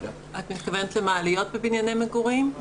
את מתכוונת למעליות בבנייני מגורים?